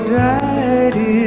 daddy